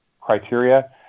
criteria